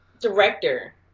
director